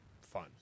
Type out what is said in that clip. fun